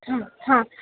हा हा